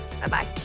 Bye-bye